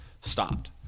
stopped